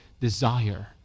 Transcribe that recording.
desire